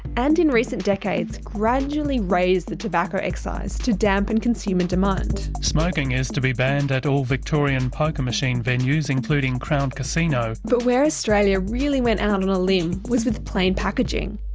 and in recent decades, gradually raised the tobacco excise to dampen consumer demand. smoking is to be banned at all victorian poker machine venues, including crown casino. but where australia really went out on a limb was with plain packaging.